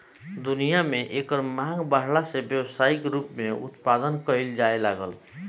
दुनिया में एकर मांग बाढ़ला से व्यावसायिक रूप से उत्पदान कईल जाए लागल